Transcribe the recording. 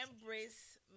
embrace